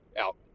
Out